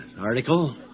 Article